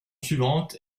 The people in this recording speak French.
suivante